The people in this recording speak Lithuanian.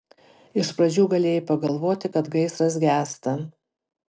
iš pradžių galėjai pagalvoti kad gaisras gęsta